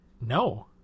No